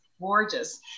gorgeous